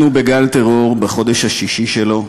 אנחנו בגל טרור, בחודש השישי שלו,